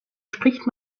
spricht